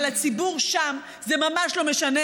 אבל לציבור שם זה ממש לא משנה,